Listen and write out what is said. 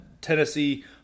Tennessee